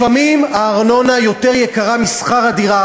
לפעמים הארנונה יותר יקרה משכר הדירה